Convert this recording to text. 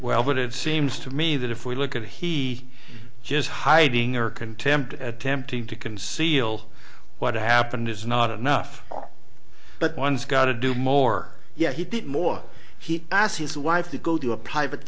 well but it seems to me that if we look at he just hiding or contempt attempting to conceal what happened is not enough but one's got to do more yeah he did more he asked his wife to go to a private